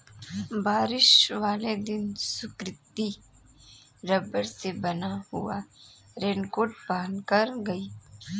बारिश वाले दिन सुकृति रबड़ से बना हुआ रेनकोट पहनकर गई